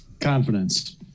Confidence